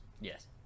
Yes